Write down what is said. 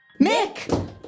Mick